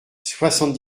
soixante